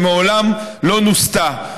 שמעולם לא נוסתה.